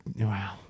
wow